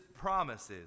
promises